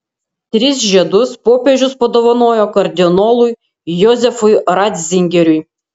tris žiedus popiežius padovanojo kardinolui jozefui ratzingeriui